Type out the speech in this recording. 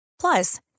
Plus